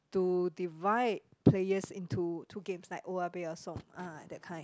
to divide players into to games like owa peya som ah that kind